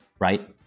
Right